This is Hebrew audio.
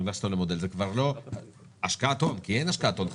זאת כבר לא השקעת הון כי אין השקעת הון חדשה.